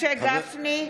(קוראת בשם חבר הכנסת) משה גפני,